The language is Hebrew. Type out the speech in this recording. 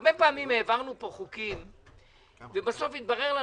הרבה פעמים העברנו פה חוקים ובסוף התברר לנו,